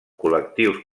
col·lectius